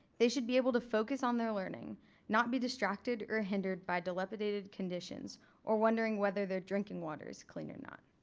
they should be able to focus on their learning not be distracted or hindered by dilapidated conditions or wondering whether their drinking water is clean or not.